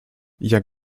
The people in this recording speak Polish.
jak